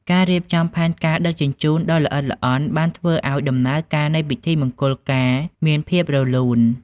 ការរៀបចំផែនការដឹកជញ្ជូនដ៏ល្អិតល្អន់បានធ្វើឱ្យដំណើរការនៃពិធីមង្គលការមានភាពរលូន។